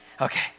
Okay